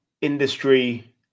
industry